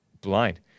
blind